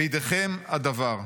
בידיכם הדבר.